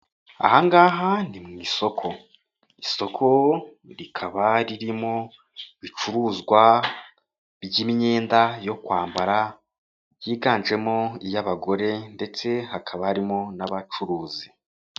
Ahangaha ni mu isoko. Isoko rikaba ririmo ibicuruzwa by'imyenda yo kwambara, yiganjemo iy'abagore, ndetse hakaba harimo n'abacuruzi.